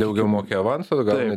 daugiau moki avanso gauni